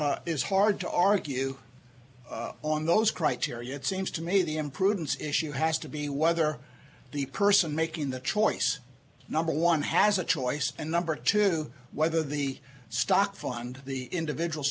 is hard to argue on those criteria it seems to me the imprudence issue has to be whether the person making the choice number one has a choice and number two whether the stock fund the individual